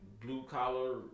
blue-collar